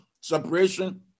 separation